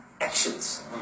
actions